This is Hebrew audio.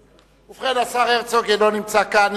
ובכן, השר הרצוג אינו נמצא כאן.